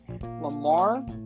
Lamar